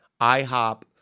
IHOP